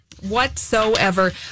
whatsoever